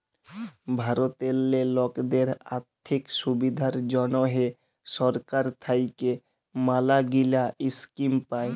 ভারতেল্লে লকদের আথ্থিক সুবিধার জ্যনহে সরকার থ্যাইকে ম্যালাগিলা ইস্কিম পায়